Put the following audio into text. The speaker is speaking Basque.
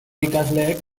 ikasleek